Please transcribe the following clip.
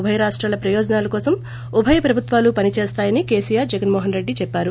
ఉభయ రాష్టాల ప్రయోజనాల కోసం ఉభయ ప్రభుత్వాలు పని చేస్తాయని కేసీఆర్ జగన్మోహన్ రెడ్డి చెప్పారు